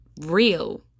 real